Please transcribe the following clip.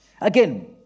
Again